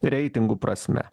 reitingų prasme